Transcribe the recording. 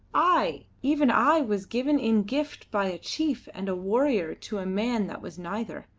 i! even i, was given in gift by a chief and a warrior to a man that was neither.